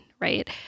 Right